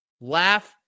Laugh